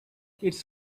its